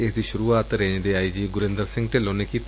ਇਸ ਦੀ ਸ੍ਰਰੁਆਤ ਰੇਜ ਦੇ ਆਈ ਜੀ ਗੁਰਿੰਦਰ ਸਿੰਘ ਢਿੱਲੋਂ ਨੇ ਕੀਤੀ